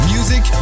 Music